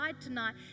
tonight